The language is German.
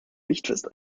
richtfest